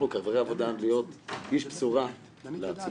אנחנו כחברי הוועדה להיות איש בשורה לציבור,